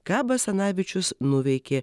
ką basanavičius nuveikė